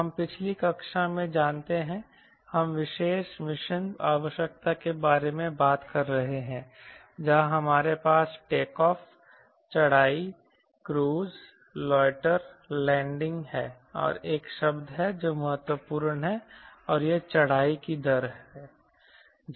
हम पिछली कक्षा में जानते हैं हम विशेष मिशन आवश्यकता के बारे में बात कर रहे हैं जहां हमारे पास टेक ऑफ चढ़ाई क्रूज़ लोटर लैंडिंग है और एक और शब्द है जो महत्वपूर्ण है और यह चढ़ाई की दर है